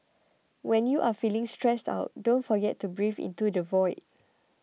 when you are feeling stressed out don't forget to breathe into the void